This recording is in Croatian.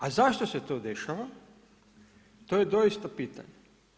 A zašto se to dešava, to je doista pitanje.